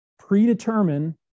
predetermine